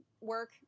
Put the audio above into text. work